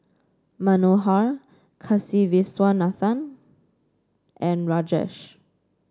Manohar Kasiviswanathan and Rajesh